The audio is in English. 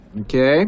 Okay